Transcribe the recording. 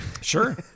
Sure